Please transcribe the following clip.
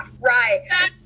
right